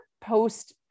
post